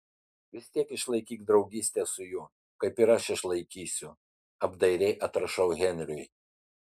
vis tiek išlaikyk draugystę su juo kaip ir aš išlaikysiu apdairiai atrašau henriui